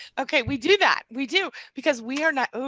okay, we do that, we do, because we are not.